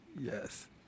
Yes